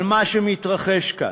על מה שמתרחש כאן.